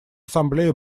ассамблея